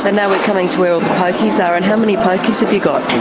and now we're coming to where all the pokies are, and how many pokies have you got?